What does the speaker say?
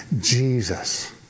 Jesus